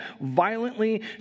violently